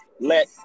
let